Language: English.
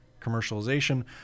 commercialization